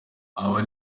abo